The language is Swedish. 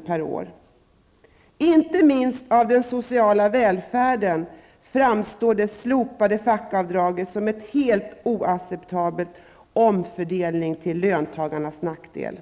I ljuset av dessa och andra försämringar, inte minst av den sociala välfärden, framstår det slopade fackavdraget som en helt oacceptabel omfördelning till löntagarnas nackdel.